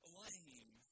lame